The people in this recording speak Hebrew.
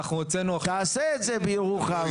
תעשה את זה בירוחם,